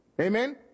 Amen